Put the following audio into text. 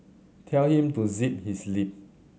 tell him to zip his lip